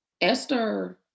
Esther